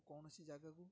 କୌଣସି ଜାଗାକୁ